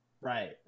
Right